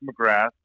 McGrath